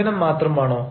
സമീപനം മാത്രമാണോ